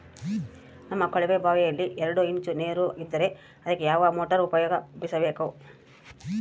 ನಮ್ಮ ಕೊಳವೆಬಾವಿಯಲ್ಲಿ ಎರಡು ಇಂಚು ನೇರು ಇದ್ದರೆ ಅದಕ್ಕೆ ಯಾವ ಮೋಟಾರ್ ಉಪಯೋಗಿಸಬೇಕು?